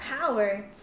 power